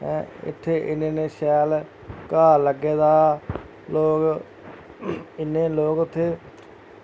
हैं इत्थै इ'न्ने इ'न्ने शैल घाऽ लग्गे दा लोक इ'न्ने लोक उत्थै